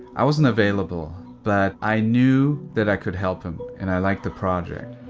i wasn't available, but i knew that i could help him, and i liked the project.